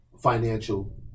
financial